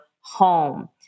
home